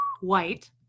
White